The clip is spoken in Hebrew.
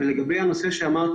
לגבי הנושא השני,